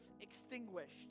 extinguished